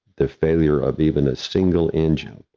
the failure of even a single engine.